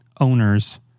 owners